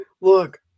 Look